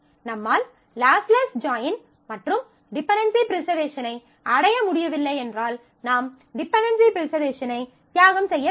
நம்மால் lossless join மற்றும் dependency preservation ஐ அடைய முடியவில்லை என்றால் நாம் டிபென்டென்சி ப்ரிசர்வேஷன் ஐ தியாகம் செய்ய வேண்டும்